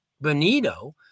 Benito